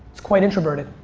he's quite introverted.